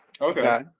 Okay